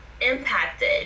impacted